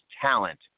talent